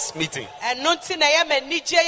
meeting